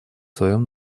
своем